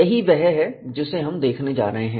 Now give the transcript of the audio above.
यही वह है जिसे हम देखने जा रहे हैं